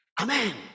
Amen